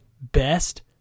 Best